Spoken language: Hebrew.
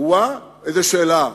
אוהה, איזו שאלה,